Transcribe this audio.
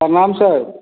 प्रणाम सर